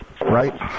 right